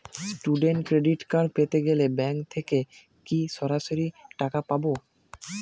Student credit card পেতে গেলে bank থেকে কি সরাসরি টাকা পাবো?